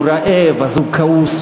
הוא רעב אז הוא כעוס,